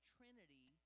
Trinity